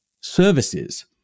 services